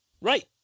Right